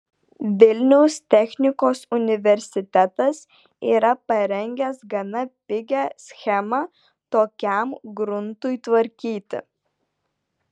vilniaus technikos universitetas yra parengęs gana pigią schemą tokiam gruntui tvarkyti